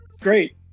Great